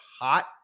hot